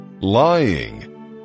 lying